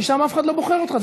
כי שם אף אחד לא בוחר אותך.